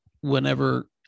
whenever